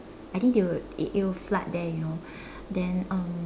I think they would it would flood there you know then um